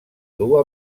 dur